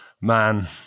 man